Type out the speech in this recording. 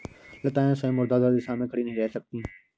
लताएं स्वयं ऊर्ध्वाधर दिशा में खड़ी नहीं रह सकती